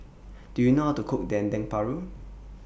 Do YOU know How to Cook Dendeng Paru